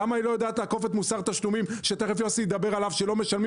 למה היא לא יודעת לעקוף מוסר תשלומים שתכף יוסי ידבר עליו שלא משלמים